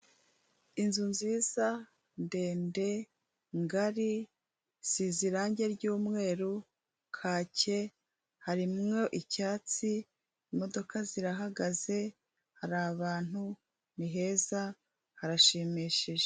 Inzu nziza ndende ngari isize irangi ry'umweru kake, harimo icyatsi imodoka zirahagaze, hari abantu ni heza harashimishije.